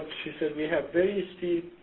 she said we have very steep